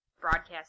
broadcast